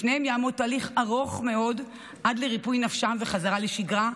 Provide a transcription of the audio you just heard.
לפניהם יעמוד תהליך ארוך מאוד עד לריפוי נפשם וחזרה לשגרה,